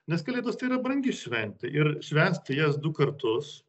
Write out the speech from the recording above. nes kalėdos tai yra brangi šventė ir švęsti jas du kartus